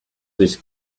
this